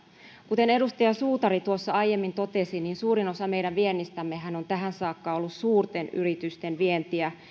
kuten edustaja suutari aiemmin totesi niin suurin osa meidän viennistämmehän on tähän saakka ollut suurten yritysten vientiä